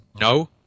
No